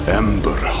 ember